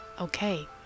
Okay